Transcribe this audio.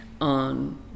on